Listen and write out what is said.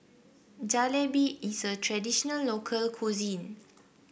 jalebi is a traditional local cuisine